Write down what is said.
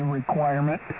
requirement